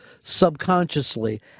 subconsciously